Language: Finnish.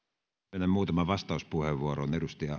myönnän muutaman vastauspuheenvuoron